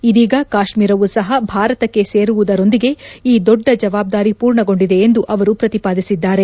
ಇದೀಗ ಕಾತ್ರೀರವೂ ಸಹ ಭಾರತಕ್ಕೆ ಸೇರುವುದರೊಂದಿಗೆ ಈ ದೊಡ್ಡ ಜವಾಬ್ದಾರಿ ಪೂರ್ಣಗೊಂಡಿದೆ ಎಂದು ಅವರು ಪ್ರತಿಪಾದಿಸಿದ್ದಾರೆ